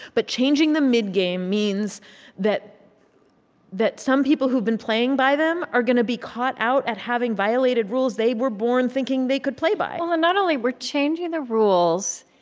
but changing them mid-game means that that some people who have been playing by them are going to be caught out at having violated rules they were born thinking they could play by well, and not only we're changing the rules